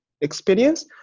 experience